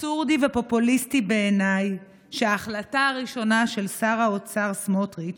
אבסורדי ופופוליסטי בעיניי שההחלטה הראשונה של שר האוצר סמוטריץ'